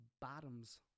bottoms